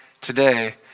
Today